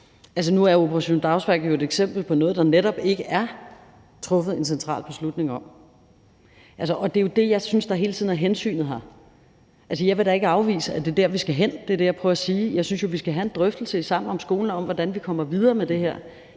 Nu er Operation Dagsværk jo et eksempel på noget, der netop ikke er truffet en central beslutning om. Det er jo det, jeg synes hele tiden er hensynet her. Jeg vil da ikke afvise, at det er der, vi skal hen, og det er det, jeg prøver at sige. Jeg synes, vi skal have en drøftelse i Sammen om skolen om, hvordan vi kommer videre med det her.